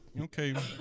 okay